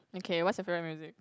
okay what's your favourite music